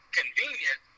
convenient